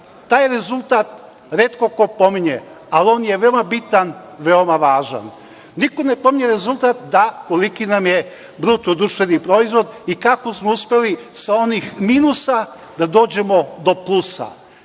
Taj rezultat retko ko pominje, ali je on veoma bitan, veoma važan. Niko ne pominje rezultat koliki nam je BDP i kako smo uspeli sa onih minusa da dođemo do plusa.